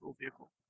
vehicle